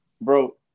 Bro